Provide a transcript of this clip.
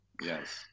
Yes